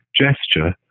gesture